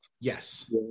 Yes